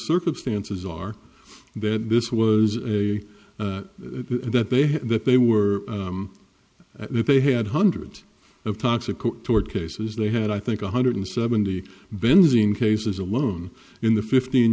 circumstances are that this was a that they had that they were if they had hundreds of toxic toward cases they had i think one hundred seventy benzine cases alone in the fifteen